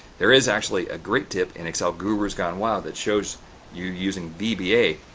there is actually a great tip in excel gurus gone wild that shows you using vba.